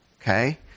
okay